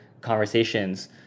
conversations